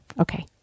Okay